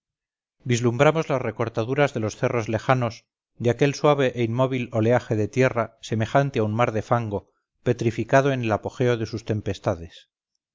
vislumbramos las recortaduras de los cerros lejanos de aquel suave e inmóvil oleaje de tierra semejante a un mar de fango petrificado en el apogeo de sus tempestades